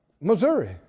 Missouri